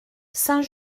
saint